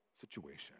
situation